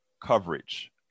coverage